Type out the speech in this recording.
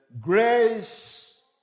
grace